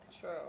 True